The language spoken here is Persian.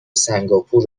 سنگاپور